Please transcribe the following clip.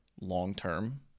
long-term